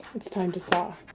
it's time to saw